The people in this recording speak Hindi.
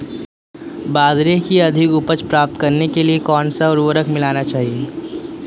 बाजरे की अधिक उपज प्राप्त करने के लिए कौनसा उर्वरक मिलाना चाहिए?